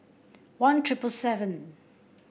one thiple seven